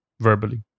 verbally